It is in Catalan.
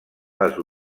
les